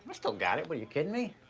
still got it, what are you kidding me?